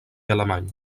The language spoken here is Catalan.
alemany